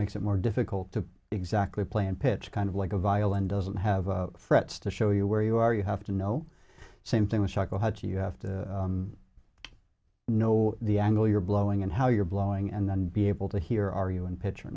makes it more difficult to exactly play in pitch kind of like a violin doesn't have frets to show you where you are you have to know same thing with shakuhachi you have to know the angle you're blowing and how you're blowing and then be able to hear are you in pitch or